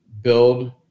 build